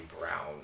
brown